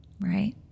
Right